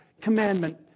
commandment